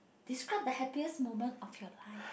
describe the happiest moment of your life